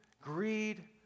greed